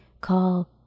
call